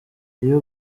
iyo